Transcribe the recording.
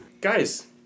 Guys